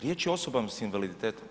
Riječ je o osobama s invaliditetom.